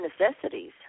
necessities